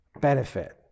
benefit